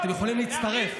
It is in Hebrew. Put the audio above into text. אתם יכולים להצטרף.